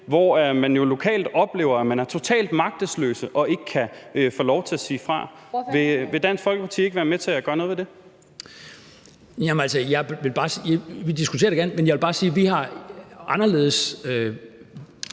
hvor man jo lokalt oplever, at man er totalt magtesløs og ikke kan få lov til at sige fra. Vil Dansk Folkeparti ikke være med til at gøre noget ved det? Kl. 13:19 Den fg.